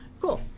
Cool